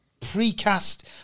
precast